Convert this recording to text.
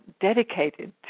dedicated